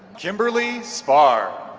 kimberly spahr